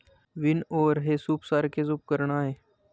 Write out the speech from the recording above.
विनओवर हे सूपसारखेच उपकरण आहे